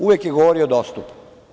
Uvek je govorio – dostupno.